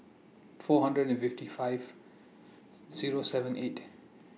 four hundred and fifty five Zero seven eight